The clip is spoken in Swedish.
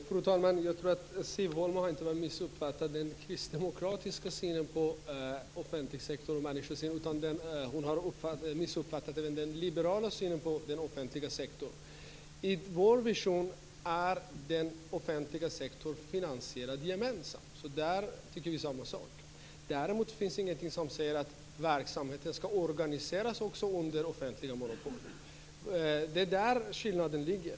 Fru talman! Jag tror att Siw Holma inte bara har missuppfattat den kristdemokratiska människosynen och synen på den offentliga sektorn. Hon har missuppfattat även den liberala synen på den offentliga sektorn. I vår vision är den offentliga sektorn finansierad gemensamt, så där tycker vi samma sak. Däremot finns det ingenting som säger att verksamheten också ska organiseras under offentliga monopol. Det är där skillnaden ligger.